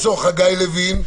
אפשר להגביל יותר התקהלויות.